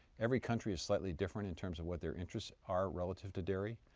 every country is slightly different in terms of what their interests are relative to dairy.